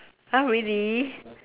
!huh! really